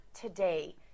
today